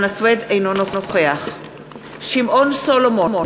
אינו נוכח שמעון סולומון,